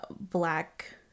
black